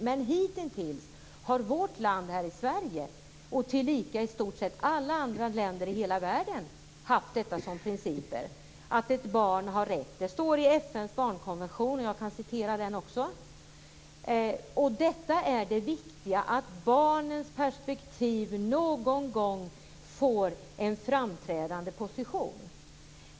Men hitintills har vårt land, tillika i stort sett alla länder i världen, haft som princip barnens rätt. Det står i FN:s barnkonvention. Det viktiga är att barnens perspektiv någon gång får en framträdande position.